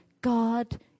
God